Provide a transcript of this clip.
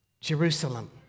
Jerusalem